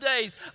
days